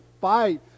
fight